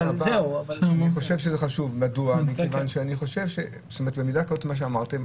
לפי מה שאמרתם,